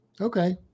Okay